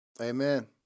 Amen